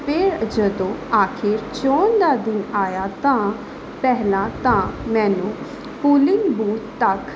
ਫੇਰ ਜਦੋਂ ਆਖਰ ਚੋਣ ਦਾ ਦਿਨ ਆਇਆ ਤਾਂ ਪਹਿਲਾਂ ਤਾਂ ਮੈਨੂੰ ਪੁਲਿੰਗ ਬੂਥ ਤੱਕ